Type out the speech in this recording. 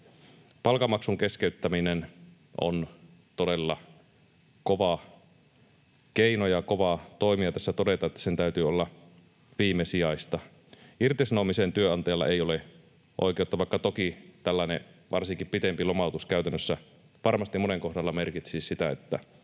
Palkanmaksun keskeyttäminen on todella kova keino ja kova toimi, ja tässä todetaan, että sen täytyy olla viimesijaista. Irtisanomiseen työnantajalla ei ole oikeutta, vaikka toki tällainen varsinkin pidempi lomautus käytännössä varmasti monen kohdalla merkitsisi sitä, että